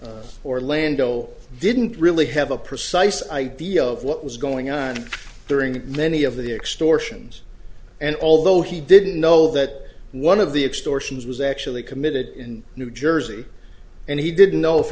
mr orlando didn't really have a precise idea of what was going on during many of the extortions and although he didn't know that one of the extortions was actually committed in new jersey and he didn't